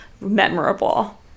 memorable